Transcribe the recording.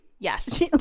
yes